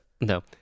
No